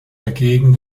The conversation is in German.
dagegen